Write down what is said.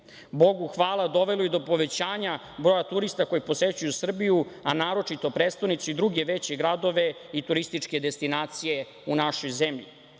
Bogu hvala, dovelo je do povećanja broja turista koji posećuju Srbiju, a naročito prestonicu i druge veće gradove i turističke destinacije u našoj zemlji.